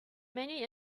many